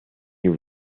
you